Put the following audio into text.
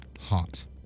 hot